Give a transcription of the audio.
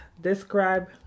describe